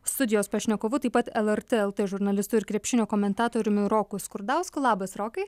studijos pašnekovu taip pat lrt lt žurnalistu ir krepšinio komentatoriumi roku skurdausku labas rokai